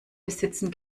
besitzen